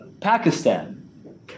Pakistan